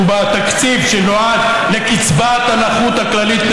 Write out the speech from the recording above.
ובתקציב שנועד לקצבת הנכות הכללית,